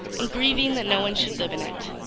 and grieving that no one should live in it.